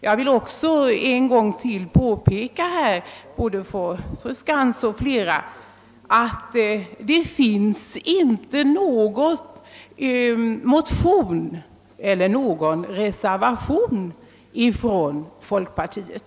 "Jag vill också ännu en gång påpeka för fru Skantz och flera andra, att det inte föreligger någon motion eller någon reservation från folkpartiet.